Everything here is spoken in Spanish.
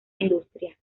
industria